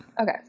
Okay